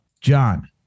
John